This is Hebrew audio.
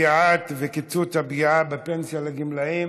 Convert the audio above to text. פגיעה וקיצוץ הפגיעה בפנסיה לגמלאים